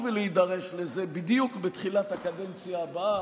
ולהידרש לזה בדיוק בתחילת הקדנציה הבאה,